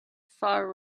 far